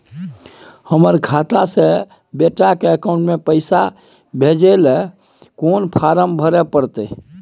हमर खाता से बेटा के अकाउंट में पैसा भेजै ल कोन फारम भरै परतै?